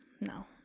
no